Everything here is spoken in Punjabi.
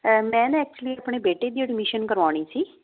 ਮੈਂ ਨਾ ਐਕਚੁਲੀ ਆਪਣੇ ਬੇਟੇ ਦੀ ਐਡਮਿਸ਼ਨ ਕਰਵਾਉਣੀ ਸੀ